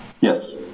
Yes